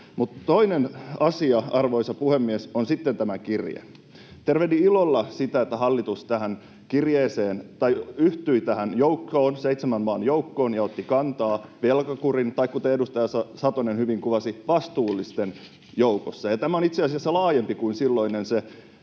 Toinen asia, arvoisa puhemies, on sitten tämä kirje. Tervehdin ilolla sitä, että hallitus yhtyi tähän seitsemän maan joukkoon ja otti kantaa velkakuriin — tai kuten edustaja Satonen hyvin kuvasi, oli vastuullisten joukossa — ja tämä on itse asiassa laajempi kuin se silloinen